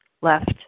left